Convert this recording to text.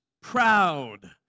proud